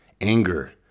Anger